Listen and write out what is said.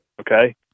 Okay